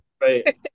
Right